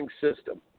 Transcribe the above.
system